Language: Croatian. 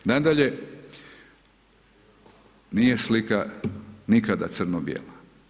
Nadalje, nije slika nikada crno bijela.